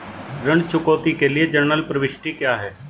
ऋण चुकौती के लिए जनरल प्रविष्टि क्या है?